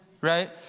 Right